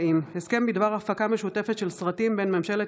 הסכם בדבר הפקה משותפת של סרטים בין ממשלת